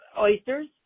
oysters